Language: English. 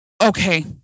okay